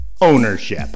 ownership